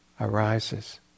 arises